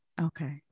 Okay